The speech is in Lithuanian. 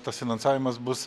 tas finansavimas bus